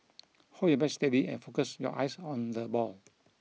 hold your bat steady and focus your eyes on the ball